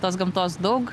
tos gamtos daug